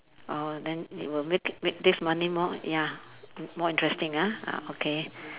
uh then it will make it make this money more ya more interesting ah ah okay